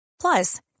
Plus